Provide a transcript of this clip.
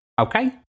Okay